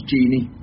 Genie